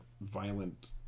violent